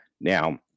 Now